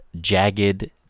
jagged